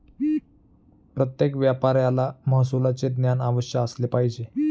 प्रत्येक व्यापाऱ्याला महसुलाचे ज्ञान अवश्य असले पाहिजे